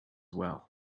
well